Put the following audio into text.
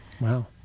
wow